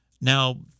Now